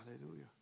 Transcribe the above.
Hallelujah